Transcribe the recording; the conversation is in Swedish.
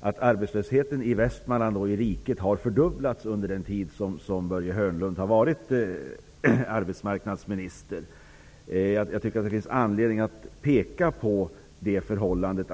att arbetslösheten i Västmanland och i riket faktiskt har fördubblats under den tid som Börje Hörnlund har varit arbetsmarknadsminister. Det finns anledning att peka på det förhållandet.